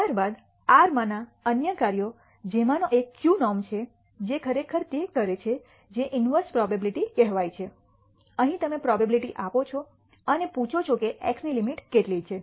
ત્યારબાદ R માંના અન્ય કાર્યો જેમાં નો એક ક્યુનોર્મ છે જે ખરેખર તે કરે છે જે ઇન્વર્સ પ્રોબેબીલીટી કહેવાય છે અહીં તમે પ્રોબેબીલીટી આપો છો અને પૂછો છો કે X ની લિમિટ કેટલી છે